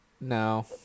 No